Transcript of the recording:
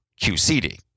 QCD